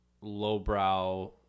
lowbrow